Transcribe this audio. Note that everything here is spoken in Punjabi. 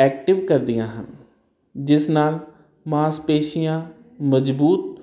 ਐਕਟਿਵ ਕਰਦੀਆਂ ਜਿਸ ਨਾਲ ਮਾਂਸਪੇਸ਼ੀਆਂ ਮਜਬੂਤ